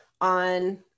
on